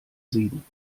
sieben